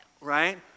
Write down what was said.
right